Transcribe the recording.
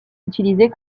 utilisés